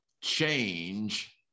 change